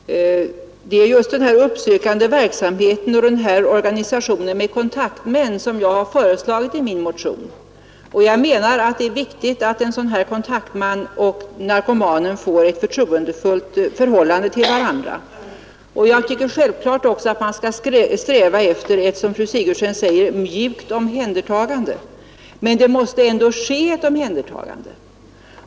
Herr talman! Det är just den uppsökande verksamheten och organisationen med kontaktmän som jag har föreslagit i min motion. Jag menar att det är viktigt att det skapas ett förtroendefullt förhållande mellan dessa kontaktmän och narkomanerna. Självklart tycker jag också att vi skall sträva efter ett mjukt omhändertagande, som fru Sigurdsen säger, men det måste ändå ske ett omhändertagande.